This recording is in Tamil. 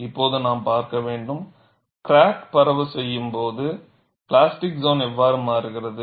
இப்போது நாம் பார்க்க வேண்டும் கிராக் பரவச் செய்யும் போது பிளாஸ்டிக் சோன் எவ்வாறு மாறுகிறது